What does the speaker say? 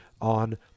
on